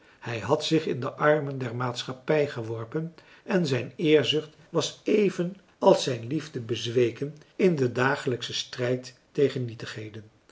hij had zich in de armen der maatschappij geworpen en zijn eerzucht was even als zijn liefde bezweken in den dagelijkschen strijd tegen nietigheden